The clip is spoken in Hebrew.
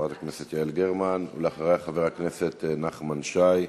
חברת הכנסת יעל גרמן, אחריה, חבר הכנסת נחמן שי,